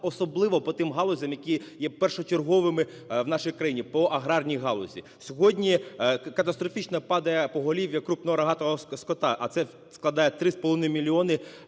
особливо по тим галузям, які є першочерговими в нашій країні по аграрній галузі. Сьогодні катастрофічно падає поголів'я крупного рогатого скота, а це складає 3,5 мільйони